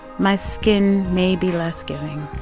my skin may be less giving.